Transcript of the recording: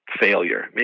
failure